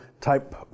type